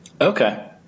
Okay